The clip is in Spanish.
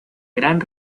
gran